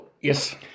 Yes